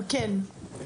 בבקשה.